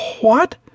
What